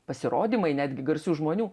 pasirodymai netgi garsių žmonių